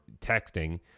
texting